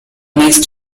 next